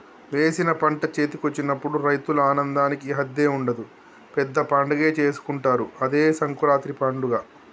వేసిన పంట చేతికొచ్చినప్పుడు రైతుల ఆనందానికి హద్దే ఉండదు పెద్ద పండగే చేసుకుంటారు అదే సంకురాత్రి పండగ